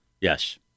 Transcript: Yes